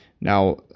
Now